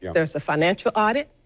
there's the financial audit,